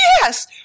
yes